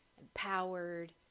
empowered